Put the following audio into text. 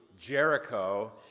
Jericho